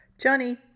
Johnny